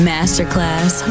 Masterclass